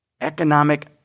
economic